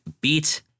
beat